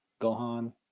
Gohan